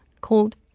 called